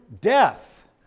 death